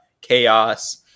chaos